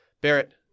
Barrett